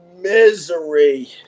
misery